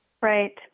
Right